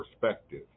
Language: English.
perspective